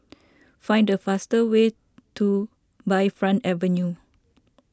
find the fastest way to Bayfront Avenue